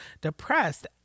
depressed